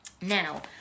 Now